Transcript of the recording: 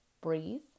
breathe